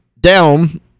down